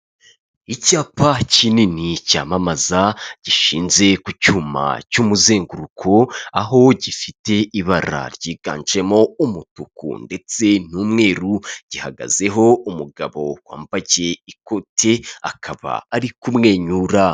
Icyapa kinini cyamamaza gishinze ku cyuma cy'umuzenguruko aho gifite ibara ryiganjemo umutuku ndetse n'umweru gihagazeho umugabo wambayekiye ikoti akaba ari kumwenyura.